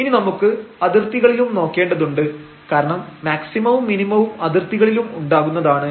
ഇനി നമുക്ക് അതിർത്തികളിലും നോക്കേണ്ടതുണ്ട് കാരണം മാക്സിമവും മിനിമവും അതിർത്തികളിലും ഉണ്ടാകുന്നതാണ്